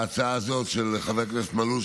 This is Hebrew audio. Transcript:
ההצעה הזאת של חבר הכנסת מלול,